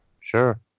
sure